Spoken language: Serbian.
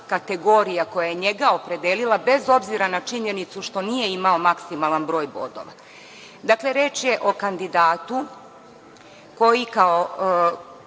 kategorija koja je njega opredelila, bez obzira na činjenicu što nije imao maksimalan broj bodova. Dakle, reč je o kandidatu koji kao